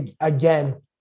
Again